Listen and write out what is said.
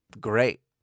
great